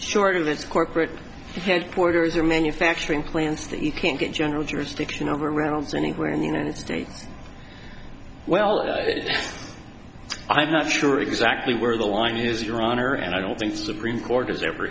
its corporate headquarters or manufacturing plants that you can't get general jurisdiction over rounds anywhere in the united states well i'm not sure exactly where the line is your honor and i don't think the supreme court has ever